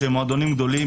שהם מועדונים גדולים,